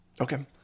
Okay